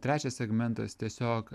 trečias segmentas tiesiog